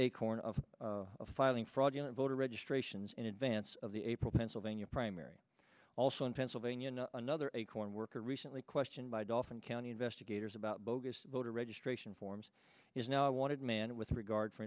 acorn of filing fraudulent voter registrations in advance of the april pennsylvania primary also in pennsylvania another acorn worker recently questioned by dolphin county investigators about bogus voter registration forms is now a wanted man with regard for